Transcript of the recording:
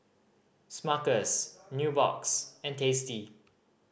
Smuckers Nubox and Tasty